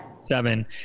seven